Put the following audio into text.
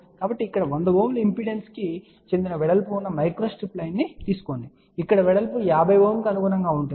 కాబట్టి ఇక్కడ 100 Ω ఇంపిడెన్స్కు చెందిన వెడల్పు ఉన్న మైక్రోస్ట్రిప్ లైన్ను తీసుకోండి ఇక్కడ వెడల్పు 50 Ω కు అనుగుణంగా ఉంటుంది